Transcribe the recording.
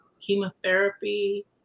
chemotherapy